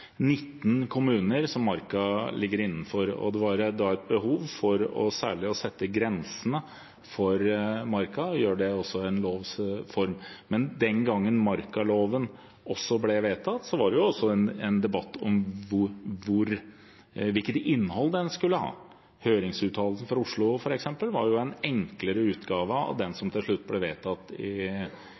19 kommuner, og det var et behov for særlig å sette grensene for marka og gjøre det i lovs form. Men den gangen markaloven ble vedtatt, var det også en debatt om hvilket innhold den skulle ha. Høringsuttalelsen f.eks. fra Oslo var jo en enklere utgave av den loven som til slutt ble vedtatt i